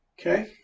Okay